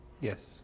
Yes